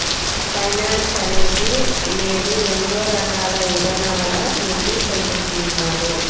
finance అనేది నేడు ఎన్నో రకాల ఇదానాల నుండి పొందుతున్నారు